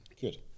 Good